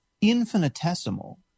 infinitesimal